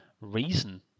reason